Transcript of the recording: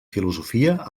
filosofia